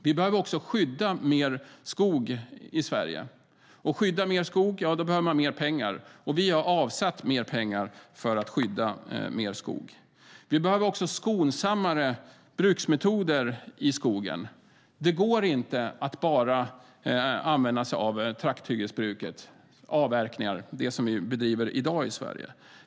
Vi behöver också skydda mer skog i Sverige. För att skydda mer skog behöver man mer pengar, och vi har avsatt mer pengar för att skydda mer skog. Vi behöver även skonsammare bruksmetoder i skogen. Det går inte att bara använda sig av det trakthyggesbruk, alltså avverkningar, vi bedriver i dag i Sverige.